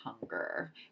hunger